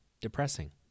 depressing